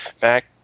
back